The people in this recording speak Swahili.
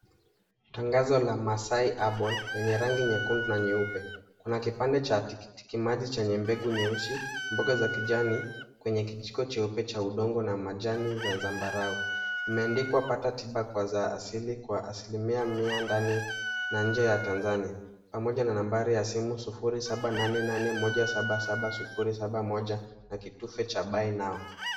Tangazo la Maasai herbal yenye rangi ya nyekundu na nyeupe, Kuna kipande cha tikiti maji chenye mbegu nyeusi, mboga za kijani kwenye kijiko cha cheupe cha udongo na majani za zambarau. Imeandikwa pata tiba kwa za asili kwa asilimia ndani na nje ya Tanzania, pamoja na nambari ya simu sufuri, saba, nane, nane, moja, saba, saba, sufuri, saba, moja na kitufe cha buy now .